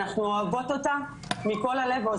אנחנו אוהבות אותה מכל הלב ואנחנו